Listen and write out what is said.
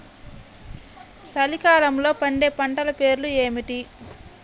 చలికాలంలో పండే పంటల పేర్లు ఏమిటీ?